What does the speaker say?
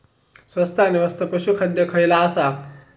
स्वस्त आणि मस्त पशू खाद्य खयला आसा?